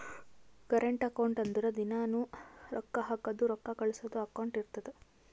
current account ಅಂದುರ್ ದಿನಾನೂ ರೊಕ್ಕಾ ಹಾಕದು ರೊಕ್ಕಾ ಕಳ್ಸದು ಅಕೌಂಟ್ ಇರ್ತುದ್